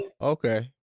okay